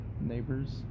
neighbors